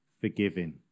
forgiving